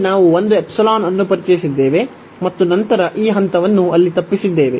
ಇಲ್ಲಿ ನಾವು ಒಂದು ϵ ಅನ್ನು ಪರಿಚಯಿಸಿದ್ದೇವೆ ಮತ್ತು ನಂತರ ಈ ಹಂತವನ್ನು ಅಲ್ಲಿ ತಪ್ಪಿಸಿದ್ದೇವೆ